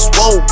Whoa